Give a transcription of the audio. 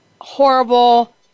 horrible